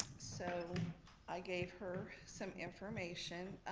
so i gave her some information.